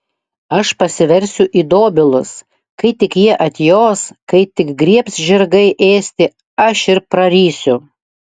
aš pasiversiu į dobilus kai tik jie atjos kai tik griebs žirgai ėsti aš ir prarysiu